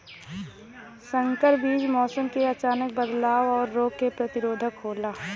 संकर बीज मौसम क अचानक बदलाव और रोग के प्रतिरोधक होला